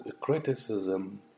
criticism